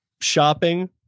shopping